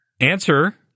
Answer